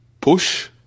push